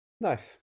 Nice